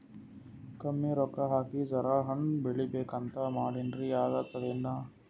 ಕಮ್ಮಿ ರೊಕ್ಕ ಹಾಕಿ ಜರಾ ಹಣ್ ಬೆಳಿಬೇಕಂತ ಮಾಡಿನ್ರಿ, ಆಗ್ತದೇನ?